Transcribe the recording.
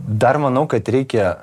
dar manau kad reikia